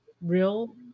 real